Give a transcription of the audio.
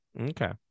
Okay